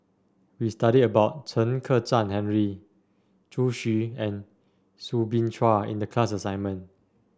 we study about Chen Kezhan Henri Zhu Xu and Soo Bin Chua in the class assignment